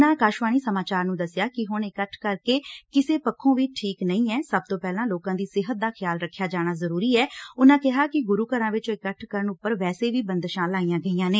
ਉਨ੍ਹਾਂ ਆਕਾਸ਼ਵਾਣੀ ਸਮਾਚਾਰ ਨੂੰ ਦਸਿਆ ਕਿ ਹੁਣ ਇਕੱਠ ਕਰਨੇ ਕਿਸੇ ਪੱਖੋਂ ਵੀ ਠੀਕ ਨਹੀ ਹਨ ਸਭ ਤੋਂ ਪਹਿਲਾਂ ਲੋਕਾਂ ਦੀ ਸਿਹਤ ਦਾ ਖਿਆਲ ਰੱਖਿਆ ਜਾਣਾ ਜ਼ਰੂਰੀ ਐ ਉਨੂਾਂ ਕਿਹਾ ਕਿ ਗੁਰੂ ਘਰਾਂ ਵਿੱਚ ਇਕੱਠ ਕਰਨ ਉਪਰ ਵੈਸੇ ਵੀ ਬੰਦਸ਼ਾਂ ਲਾਈਆਂ ਗਈਆਂ ਨੇ